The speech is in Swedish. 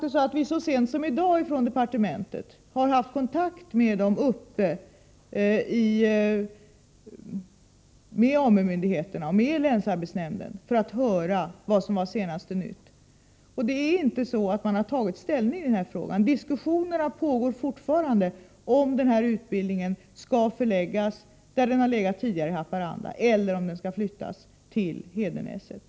Så sent som i dag hade departementet kontakt med AMU-myndigheterna och med länsarbetsnämnden där uppe för att höra vad som var senaste nytt i frågan. Man har inte tagit ställning, utan diskussionerna pågår fortfarande om huruvida utbildningen skall vara kvar i Haparanda eller flyttas till Hedenäset.